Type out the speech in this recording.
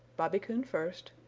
bobby coon first,